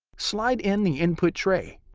slide in the input tray.